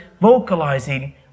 vocalizing